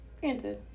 granted